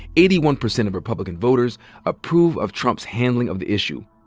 eighty one percent of republican voters approve of trump's handling of the issue,